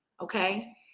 okay